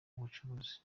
ubucuruzi